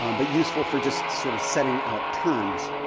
um but useful for just sort of setting out terms.